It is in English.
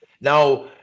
Now